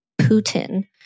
Putin